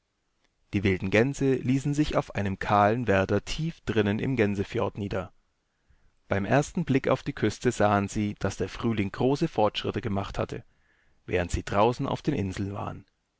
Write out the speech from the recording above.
die wilden gänse ließen sich auf einem kahlen werder tief drinnen im gänsefjordnieder beimerstenblickaufdieküstesahensie daßderfrühling große fortschritte gemacht hatte während sie draußen auf den inseln waren